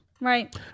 right